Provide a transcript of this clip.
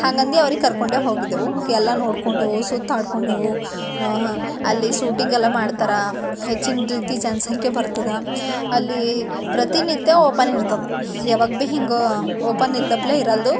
ಹಂಗಂದು ಅವ್ರಿಗೆ ಕರ್ಕೊಂಡೆ ಹೋಗಿದ್ದೆವು ಎಲ್ಲ ನೋಡ್ಕೊಂಡೆವು ಸುತ್ತಾಡ್ಕೊಂಡೆವು ಅಲ್ಲಿ ಸೂಟಿಂಗ್ ಎಲ್ಲ ಮಾಡ್ತಾರ ಹೆಚ್ಚಿನ ರೀತಿ ಜನ ಸಂಖ್ಯೆ ಬರ್ತದಾ ಅಲ್ಲಿ ಪ್ರತಿನಿತ್ಯ ಓಪನ್ ಇರ್ತದ ಯಾವಾಗ ಭೀ ಹಿಂಗೆ ಓಪನ್ ಇಲ್ದಪ್ಲೆ ಇರಲ್ದು